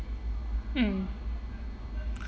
mm